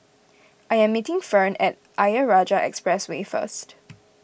I am meeting Ferne at Ayer Rajah Expressway first